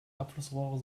abflussrohre